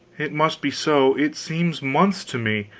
it must be so it seems months to me.